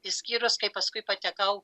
išskyrus kai paskui patekau